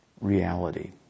reality